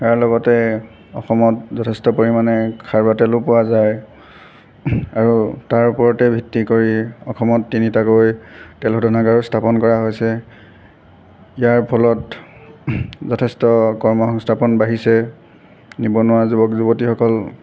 ইয়াৰ লগতে অসমত যথেষ্ট পৰিমাণে খাৰুৱা তেলো পোৱা যায় আৰু তাৰ ওপৰতে ভিত্তি কৰি অসমত তিনিটাকৈ তেল শোধনাগাৰো স্থাপন কৰা হৈছে ইয়াৰ ফলত যথেষ্ট কৰ্ম সংস্থাপন বাঢ়িছে নিবনুৱা যুৱক যুৱতীসকল